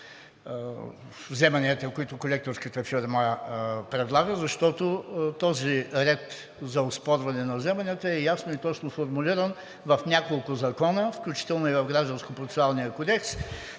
вземанията, които колекторската фирма предлага, защото този ред за оспорване на вземанията е ясно и точно формулиран в няколко закона, включително и в Гражданскопроцесуалния кодекс,